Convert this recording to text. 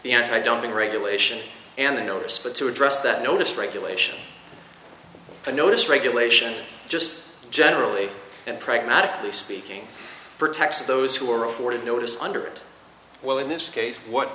anti doping regulation and notice but to address that notice regulation i notice regulation just generally and pragmatically speaking protects those who are afforded notice under it well in this case what